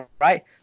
right